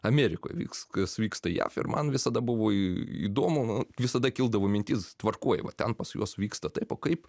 amerikoje vyks kas vyksta jav ir man visada buvo įdomu visada kildavo mintis tvarkoj va ten pas juos vyksta taip o kaip